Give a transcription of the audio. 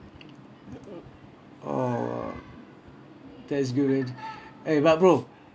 oh !wah! that is good man eh but bro